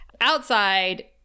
outside